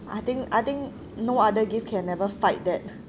I think I think no other gift can ever fight that